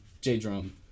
J-Drum